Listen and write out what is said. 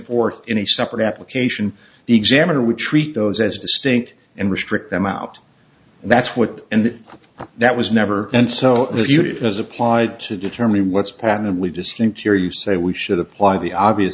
forth in a separate application the examiner would treat those as distinct and restrict them out that's what and that was never and so the unit as applied to determine what's patently distinct your you say we should apply the obvious